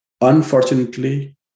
Unfortunately